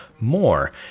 more